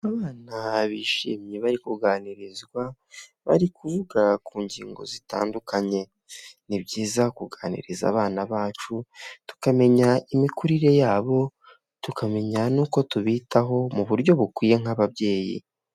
Abana bishimye bari kuganirizwa, bari kuvuga ku ngingo zitandukanye, ni byiza kuganiriza abana bacu tukamenya imikurire yabo, tukamenya n'uko tubitaho mu buryo bukwiye nk'ababyeyi.